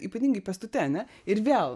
ypatingai pėstute ane ir vėl